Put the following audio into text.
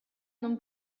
non